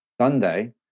sunday